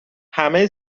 همه